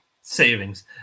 savings